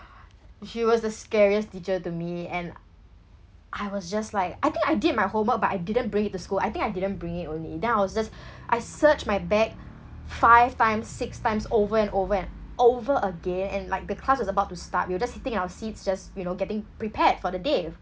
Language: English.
she was the scariest teacher to me and I was just like I think I did my homework but I didn't bring it to school I think I didn't bring it only then I was just I searched my bag five times six times over and over and over again and like the class was about to start we were just sitting at our seats just you know getting prepared for the day